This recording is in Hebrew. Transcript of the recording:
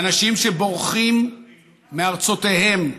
לאנשים שבורחים מארצותיהם.